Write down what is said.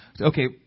Okay